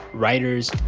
writers,